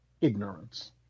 ignorance